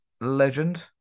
legend